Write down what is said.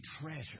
treasure